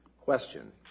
question